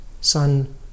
son